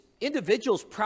individuals